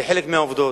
לחלק מהעובדות.